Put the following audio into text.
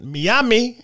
Miami